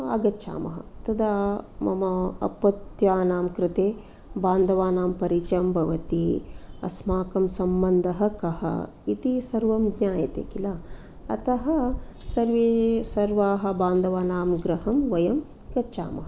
आगच्छामः तदा मम अपत्यानां कृते बान्धवानां परिचयं भवति अस्माकं सम्बन्धः कः इति सर्वं ज्ञायते किल अतः सर्वे सर्वाः बान्धवानां गृहं वयं गच्छामः